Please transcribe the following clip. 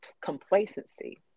complacency